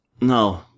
No